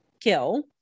kill